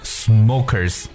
smokers